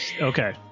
Okay